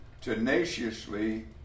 tenaciously